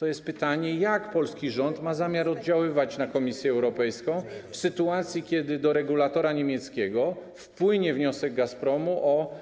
Nasuwa się pytanie, jak polski rząd ma zamiar oddziaływać na Komisję Europejską w sytuacji, kiedy do regulatora niemieckiego wpłynie wniosek Gazpromu o